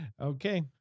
Okay